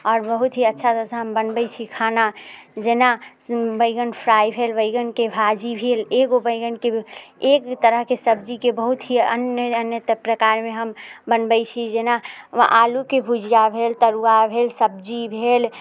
आओर बहुत ही अच्छा तरीकासँ हम बनबै छी खाना जेना बैगन फ्राइ भेल बैगनके भाजी भेल एगो बैगनके एक तरहके सब्जीके बहुत ही अन्य अन्य प्रकारमे हम बनबै छी जेना ओ आलूके भुजिआ भेल तरुआ भेल सब्जी भेल